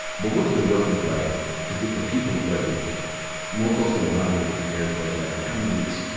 but what does the work look like to get the people's budget more closely aligned with the mayor's budget. like, the coming weeks,